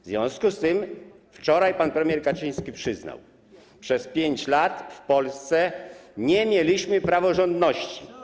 W związku z tym wczoraj pan premier Kaczyński przyznał, że przez 5 lat w Polsce nie mieliśmy praworządności.